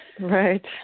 Right